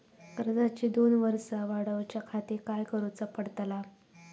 कर्जाची दोन वर्सा वाढवच्याखाती काय करुचा पडताला?